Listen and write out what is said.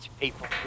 people